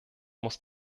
muss